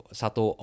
satu